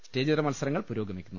സ്റ്റേജിതര മത്സരങ്ങൾ പുരോഗമിക്കുന്നു